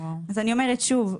אז אני אומרת שוב,